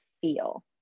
feel